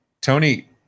Tony